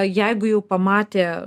jeigu jau pamatė